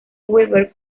weaver